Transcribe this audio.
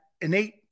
innate